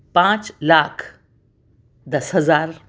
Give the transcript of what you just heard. پانچ لاکھ دس ہزار